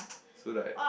so like